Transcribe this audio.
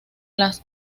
las